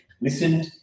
listened